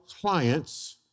clients